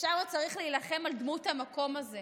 אפשר וצריך להילחם על דמות המקום הזה.